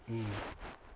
mm